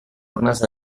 runes